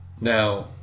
Now